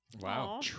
Wow